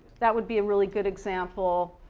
that would be a really good example.